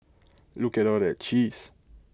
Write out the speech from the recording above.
look at all that cheese